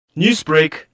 Newsbreak